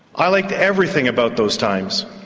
i liked everything about those times,